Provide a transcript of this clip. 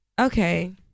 Okay